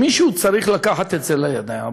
ומישהו צריך לקחת את זה לידיים.